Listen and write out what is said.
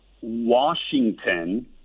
Washington